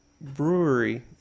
brewery